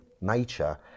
nature